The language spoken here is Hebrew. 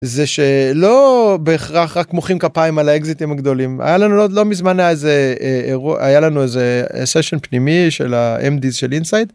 זה שלא בהכרח רק מוחאים כפיים על האקזיטים הגדולים, היה לנו עוד לא מזמן איזה אירוע היה לנו איזה סשן פנימי של האם די של אינסייד.